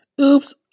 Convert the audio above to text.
Oops